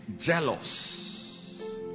jealous